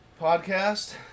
Podcast